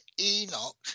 Enoch